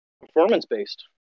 performance-based